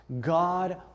God